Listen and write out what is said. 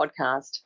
podcast